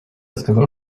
сказав